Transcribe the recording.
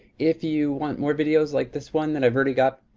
if you want more videos like this one that i've already got,